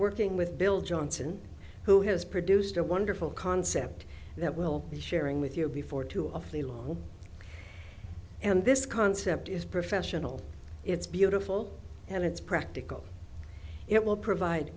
working with bill johnson who has produced a wonderful concept that we'll be sharing with you before too awfully long and this concept is professional it's beautiful and it's practical it will provide